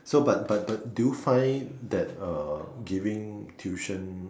so but but but do you find that uh giving tuition